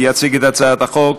יציג את הצעת החוק